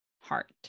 heart